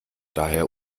daher